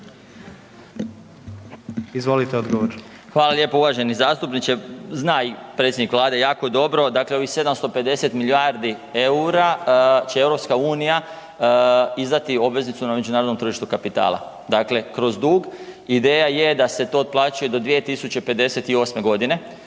**Marić, Zdravko** Hvala lijepo uvaženi zastupniče. Zna i predsjednik vlade jako dobro, dakle ovih 750 milijardi EUR-a će EU izdati obveznicu na međunarodnom tržištu kapitala, dakle kroz dug, ideja je da se to otplaćuje do 2058.g.